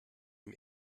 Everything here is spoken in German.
dem